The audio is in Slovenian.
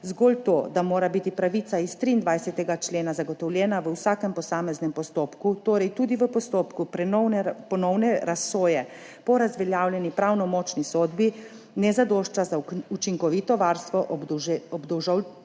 zgolj to, da mora biti pravica iz 23. člena zagotovljena v vsakem posameznem postopku, torej tudi v postopku ponovne razsoje po razveljavljeni pravnomočni sodbi, ne zadošča za učinkovito varstvo obdolženčevih